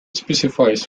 specifies